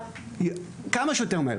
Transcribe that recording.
מקבל.